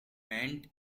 meant